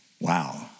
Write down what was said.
Wow